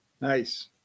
Nice